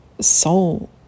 soul